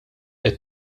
qed